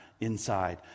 inside